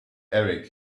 erik